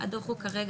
אקבל דוח כרגע.